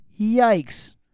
yikes